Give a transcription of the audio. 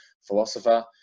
philosopher